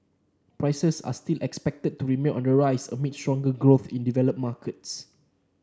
prices are still expected to remain on the rise amid stronger growth in developed markets